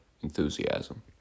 enthusiasm